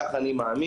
כך אני מאמין.